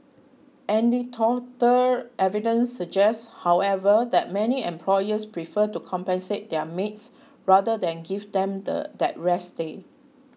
anecdotal evidence suggests however that many employers prefer to compensate their maids rather than give them the that rest day